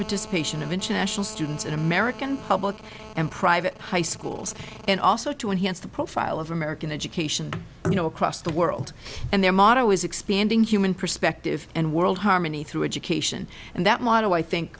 participation of international students in american public and private high schools and also to enhance the profile of american education you know across the world and their motto is expanding human perspective and world harmony through education and that motto i think